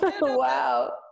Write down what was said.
Wow